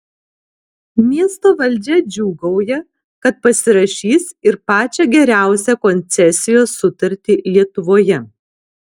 miesto valdžia džiūgauja kad pasirašys ir pačią geriausią koncesijos sutartį lietuvoje